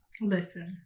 listen